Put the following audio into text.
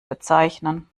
bezeichnen